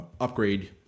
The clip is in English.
upgrade